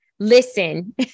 Listen